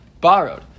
borrowed